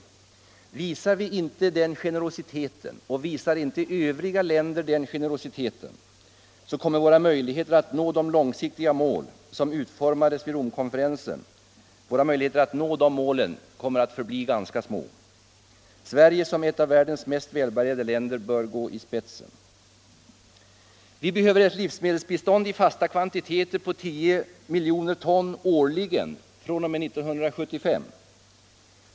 Visar vi inte den generositeten och visar inte andra rika länder samma generositet, kommer våra möjligheter att nå de långsiktiga mål som utformades vid Romkonferensen att förbli ganska små. Sverige som ett av världens mest välbärgade länder bör gå i spetsen. Vi behöver ett livsmedelsbistånd i fasta kvantiteter på 10 miljoner ton årligen fr.o.m. 1975.